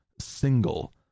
single